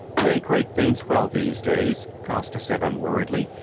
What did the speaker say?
they crate things well these days, costa said unworriedly,